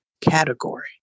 category